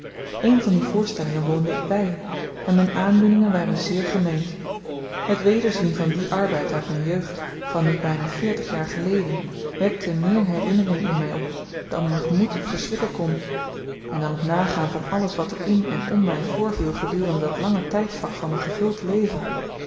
een van die voorstellingen woonde ik by en m'n aandoeningen waren zeer gemengd het wederzien van dien arbeid uit m'n jeugd van nu byna veertig jaar geleden wekte meer herinneringen in my op dan m'n gemoed verslikken kon en dan t nagaan van alles wat er in en om my voorviel gedurende dat lange tydvak van m'n gevuld leven